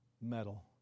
metal